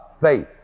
faith